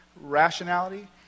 rationality